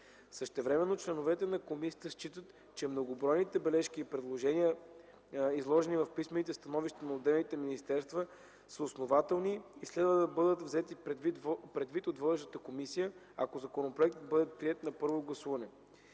Същевременно членовете на комисията считат, че многобройните бележки и предложения, изложени в писмените становища на отделните министерства, са основателни и следва да бъдат взети предвид от водещата комисия, ако законопроектът бъде приет на първо гласуване.